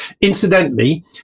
Incidentally